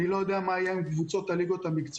אני לא יודע מה יהיה עם קבוצות הליגה המקצועניות.